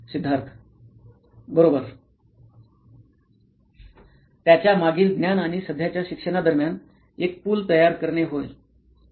सिद्धार्थ बरोबर त्याच्या मागील ज्ञान आणि सध्याच्या शिक्षणा दरम्यान एक पूल तयार करणे होय होय